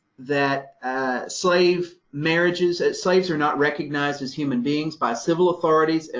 that slave marriages, that slaves were not recognized as human beings by civil authorities, and